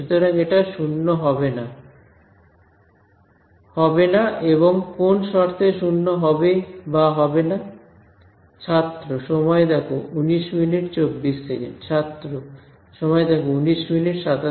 সুতরাং এটা শূন্য হবে না হবেনা এবং কোন শর্তে শূন্য হবে বা হবেনা